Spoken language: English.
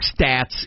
stats